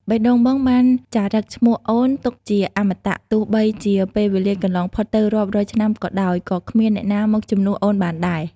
បេះដូងបងបានចារឹកឈ្មោះអូនទុកជាអមតៈ ទោះបីជាពេលវេលាកន្លងផុតទៅរាប់រយឆ្នាំក៏ដោយ ក៏គ្មានអ្នកណាមកជំនួសអូនបានដែរ។